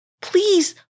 Please